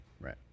right